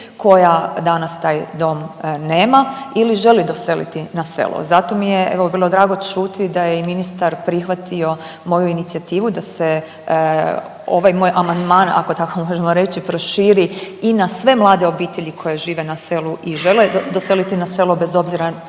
koja danas taj dom nema ili želi doseliti na selo. Zato mi je evo vrlo drago čuti da je i ministar prihvatio moju inicijativu da se ovaj moj amandman ako tako možemo reći proširi i na sve mlade obitelji koje žive na selu i žele doseliti na selo bez obzira kojom